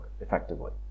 effectively